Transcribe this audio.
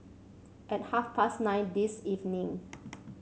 at half past nine this evening